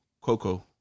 Coco